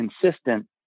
consistent